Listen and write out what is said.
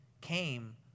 came